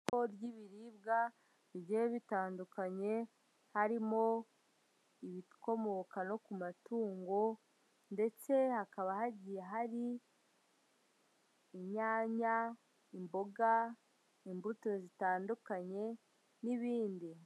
Isoko ry'ibiribwa bigiye bitandukanye harimo ibikomoka no ku matungo ndetse hakaba hagiye hari inyanya, imboga, imbuto zitandukanye n'ibindi.